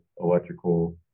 electrical